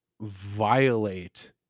violate